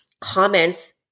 comments